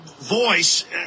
voice